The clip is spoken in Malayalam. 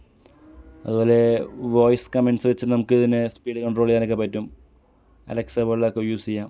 അതുപോലെ വോയിസ് കമൻട്സ് വെച്ച് നമുക്ക് തന്നെ സ്പീഡ് കണ്ട്രോള് ചെയ്യാനൊക്കെ പറ്റും അലക്സ പോലുള്ളതൊക്കെ യൂസ് ചെയ്യാം